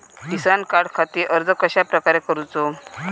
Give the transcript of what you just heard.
किसान कार्डखाती अर्ज कश्याप्रकारे करूचो?